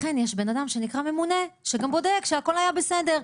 לכן יש בן אדם שנקרא ממונה שגם בודק שהכל היה בסדר.